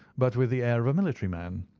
but with the air of a military man.